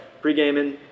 Pre-gaming